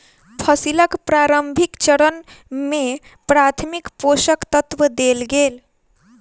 फसीलक प्रारंभिक चरण में प्राथमिक पोषक तत्व देल गेल